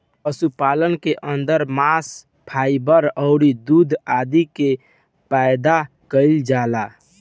पशुपालन के अंदर मांस, फाइबर अउरी दूध आदि के पैदा कईल जाला